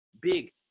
big